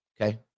okay